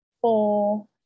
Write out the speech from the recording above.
four